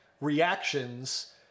reactions